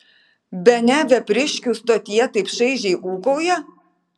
bene vepriškių stotyje taip šaižiai ūkauja